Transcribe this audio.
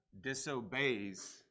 disobeys